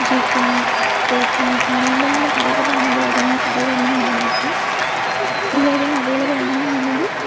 ജീ Pay Paytm അങ്ങനെ എന്തെങ്കിലും available ആണെങ്കിൽ അതൊന്ന് അറിയുവായിരുന്നെങ്കില് നന്നായിരിക്കും ഇതിലേതേലും അവൈലബിൾ ആണ് എന്നുണ്ടെങ്കില്